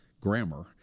grammar